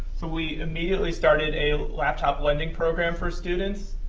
so we immediately started a laptop lending program for students,